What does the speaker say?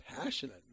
Passionate